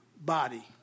body